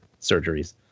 surgeries